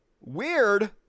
Weird